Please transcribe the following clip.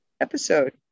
episode